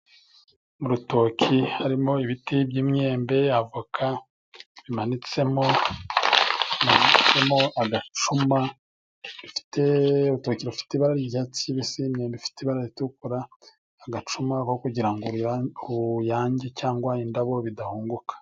Mu rutoki harimo ibiti by'imyembe, avoka, bimanitsemo hanatsemo agacuma, bifite urutoki rufite ibara ry' icyatsi kibisi, imyembe ifite ibara ritukura, agacuma ko kugira ngo uruyange cyangwa indabo bidahunguka.